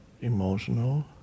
emotional